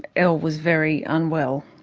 elle was very unwell,